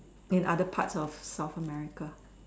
in other parts of South America